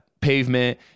pavement